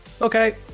Okay